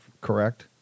correct